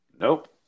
nope